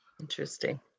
Interesting